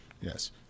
Yes